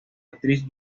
actriz